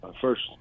first